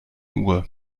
uhr